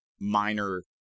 minor